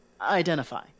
Identify